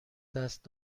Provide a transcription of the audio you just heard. دست